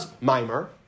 mimer